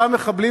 אותם מחבלים,